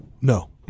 No